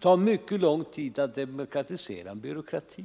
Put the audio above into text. tar mycket lång tid att demokratisera en byråkrati.